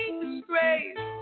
disgrace